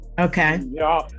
Okay